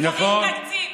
צריך תקציב.